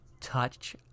touch